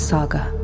Saga